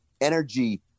energy